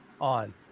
on